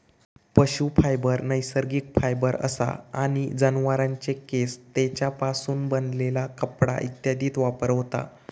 पशू फायबर नैसर्गिक फायबर असा आणि जनावरांचे केस, तेंच्यापासून बनलेला कपडा इत्यादीत वापर होता